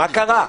מה קרה?